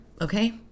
Okay